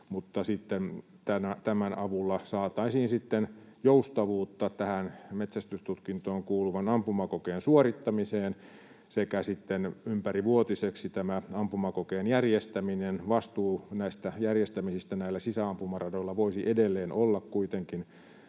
tämän avulla saataisiin joustavuutta tähän metsästystutkintoon kuuluvan ampumakokeen suorittamiseen sekä ympärivuotiseksi tämä ampumakokeen järjestäminen. Vastuu näistä järjestämisistä sisäampumaradoilla voisi edelleen olla kuitenkin